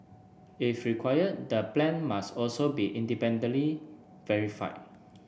if required the plan must also be independently verified